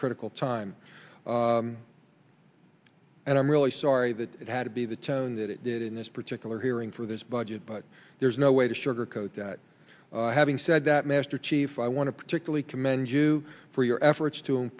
critical time and i'm really sorry that it had to be the tone that it did in this particular hearing for this budget but there's no way to sugarcoat that having said that master chief i want to particularly commend you for your efforts to